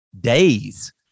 days